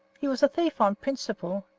he was a thief on principle,